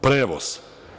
Prevoz.